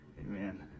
Amen